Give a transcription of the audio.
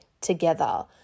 together